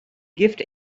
gift